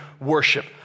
worship